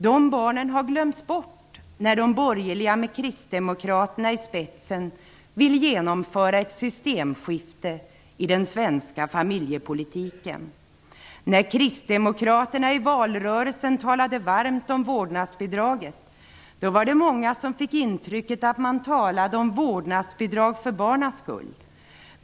Dessa barn glöms bort när de borgerliga med kristdemokraterna i spetsen vill genomföra ett systemskifte i den svenska familjepolitiken. När kristdemokraterna i valrörelsen talade varmt om vårdnadsbidraget var det många som fick intrycket att de talade om vårdnadsbidrag för barnens skull.